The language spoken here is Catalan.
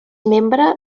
membre